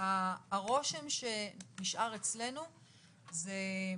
הרושם שנשאר אצלנו זה,